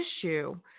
issue